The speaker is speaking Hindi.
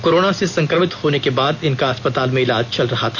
कोरोना से संक्रमित होने के बाद इनका अस्पताल में इलाज चल रहा था